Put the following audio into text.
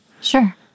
Sure